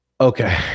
Okay